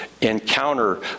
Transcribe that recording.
encounter